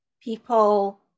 people